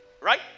right